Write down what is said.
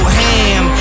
ham